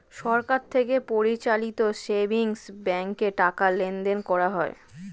সরকার থেকে পরিচালিত সেভিংস ব্যাঙ্কে টাকা লেনদেন করা হয়